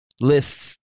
lists